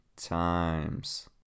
times